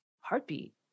heartbeat